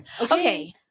Okay